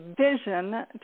vision